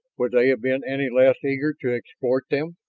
would they have been any less eager to exploit them?